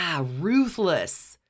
Ruthless